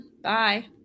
Bye